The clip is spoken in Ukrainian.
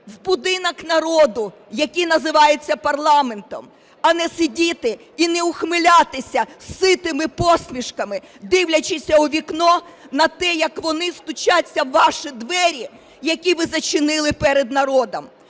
в будинок народу, який називається парламентом, а не сидіти і не ухмилятися ситими посмішками, дивлячись у вікно на те, як вони стучаться у ваші двері, які ви зачинили перед народом.